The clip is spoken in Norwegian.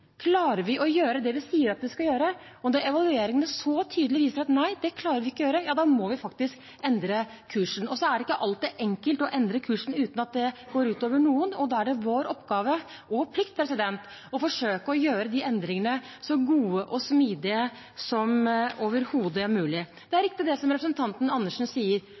Klarer vi å gjøre det vi sier at vi skal gjøre? Om evalueringene så tydelig viser at nei, det klarer vi ikke å gjøre, ja, da må vi faktisk endre kursen. Så er det ikke alltid enkelt å endre kursen uten at det går ut over noen. Da er det vår oppgave og plikt å forsøke å gjøre de endringene så gode og smidige som overhodet mulig. Det er riktig, det som representanten Andersen sier: